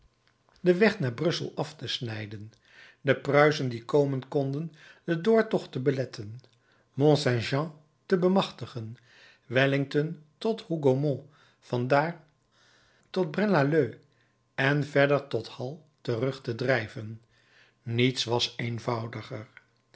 den weg naar brussel af te snijden den pruisen die komen konden den doortocht te beletten mont saint jean te bemachtigen wellington tot hougomont van daar tot braine lalleud en verder tot hal terug te drijven niets was eenvoudiger